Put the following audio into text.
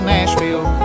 Nashville